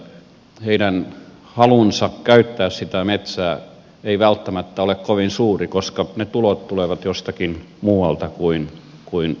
heidän halunsa käyttää sitä metsää ei välttämättä ole kovin suuri koska ne tulot tulevat jostakin muualta kuin metsästä